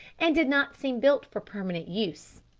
and did not seem built for permanent use.